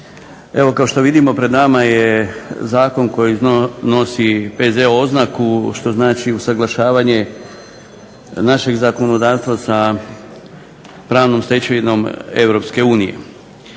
Evo kao što vidimo pred nama je zakon koji nosi P.Z. oznaku što znači usuglašavanje našeg zakonodavstva sa pravnom stečevinom EU.